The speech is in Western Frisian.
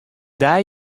dei